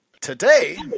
Today